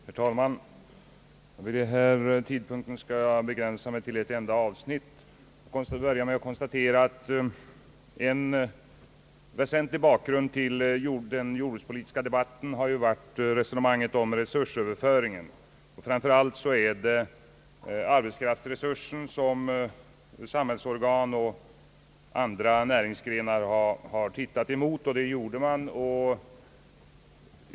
Herr talman! Vid denna tidpunkt skall jag begränsa mig till ett enda avsnitt och börja med att konstatera att en väsentlig bakgrund till den jordbrukspolitiska debatten har varit resonemanget om resursöverföring. Framför allt är det arbetskraftsresursen som olika samhällsorgan och näringsgrenar haft bekymmer med.